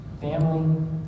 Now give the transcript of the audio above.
Family